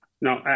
No